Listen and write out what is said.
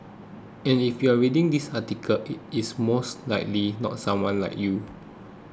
and if you are reading this article it is most likely not someone like you